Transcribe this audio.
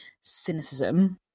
cynicism